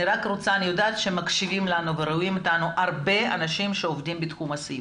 אני יודעת שמקשיבים לנו וצופים בנו הרבה אנשים שעובדים בתחום הסיעוד.